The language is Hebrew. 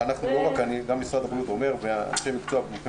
וכך אומר גם משרד הבריאות ואנשי מקצוע המומחים